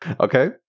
Okay